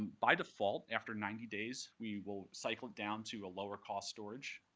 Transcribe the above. by default, after ninety days, we will cycle down to a lower cost storage.